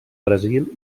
brasil